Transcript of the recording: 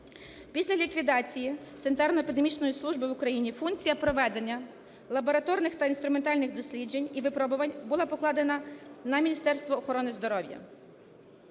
Після ліквідації санітарно-епідемічної служби в Україні функція проведення лабораторних та інструментальних досліджень і випробувань була покладена на Міністерство охорони здоров'я.